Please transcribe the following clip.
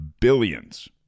billions